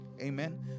Amen